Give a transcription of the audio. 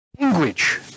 language